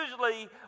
usually